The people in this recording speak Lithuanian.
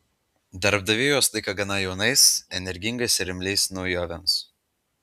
darbdaviai juos laiko gana jaunais energingais ir imliais naujovėms